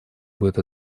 будет